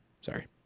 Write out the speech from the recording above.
Sorry